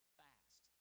fast